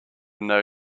know